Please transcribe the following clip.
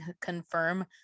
confirm